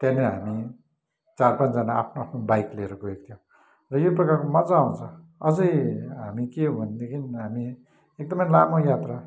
त्यहाँनिर हामी चार पाँचजना आफ्नो आफ्नो बाइक लिएर गएको थियौँ र यो प्रकारको मज्जा आउँछ अझै हामी के हो भनेदेखि हामी एकदमै लामो यात्रा